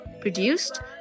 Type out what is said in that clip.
produced